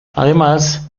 además